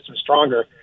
stronger